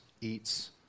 eats